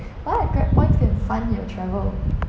a lot of grab points can fund your travel